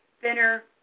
thinner